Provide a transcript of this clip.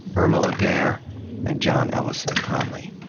irma laguerre, and john ellison conlee.